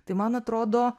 tai man atrodo